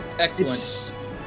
excellent